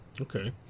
Okay